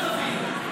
שגם אנחנו נבין.